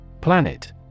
Planet